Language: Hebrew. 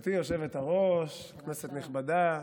גברתי היושבת-ראש, כנסת נכבדה,